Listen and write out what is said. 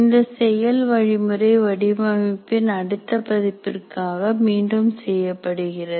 இந்த செயல் வழிமுறை வடிவமைப்பின் அடுத்த பதிப்பிற்காக மீண்டும் செய்யப்படுகிறது